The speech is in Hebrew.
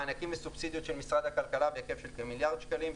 מענקים וסובסידיות של משרד הכלכלה בהיקף של כמיליארד שקלים,